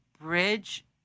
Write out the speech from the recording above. bridge